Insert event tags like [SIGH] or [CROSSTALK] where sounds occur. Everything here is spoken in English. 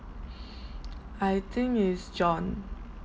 [BREATH] I think is john